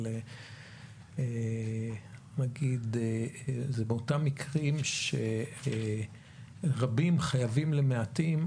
אבל זה באותם מקרים שרבים חייבים למעטים,